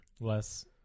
Less